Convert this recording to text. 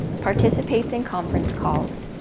participates in conference calls,